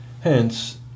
hence